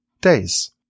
days